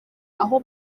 aho